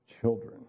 children